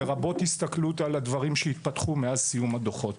לרבות הסתכלות על הדברים שהתפתחו מאז סיום הדוחות.